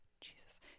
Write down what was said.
Jesus